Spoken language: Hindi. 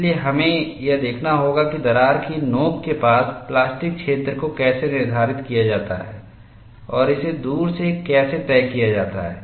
इसलिए हमें यह देखना होगा कि दरार की नोकके पास प्लास्टिक क्षेत्र को कैसे निर्धारित किया जाता है और इसे दूर से कैसे तय किया जाता है